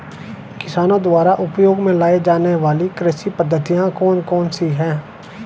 किसानों द्वारा उपयोग में लाई जाने वाली कृषि पद्धतियाँ कौन कौन सी हैं?